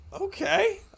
Okay